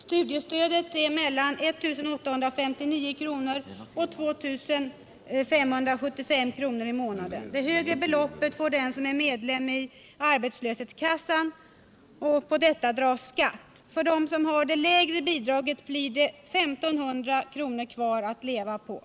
Studiestödet är mellan 1859 och 2 575 kronor i månaden. Det högre beloppet får den som är medlem i arbetslöshetskassan. På detta dras skatt. För de som har det lägre bidraget blir det 1500 kvar att leva Mer